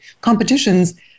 competitions